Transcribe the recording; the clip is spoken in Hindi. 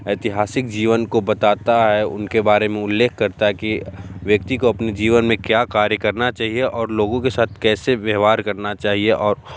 ऐतिहासिक जीवन को बताता है उनके बारे में उल्लेख करता है कि व्यक्ति को अपने जीवन में क्या कार्य करना चाहिए और लोगों के साथ कैसे व्यवहार करना चाहिए और